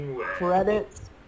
Credits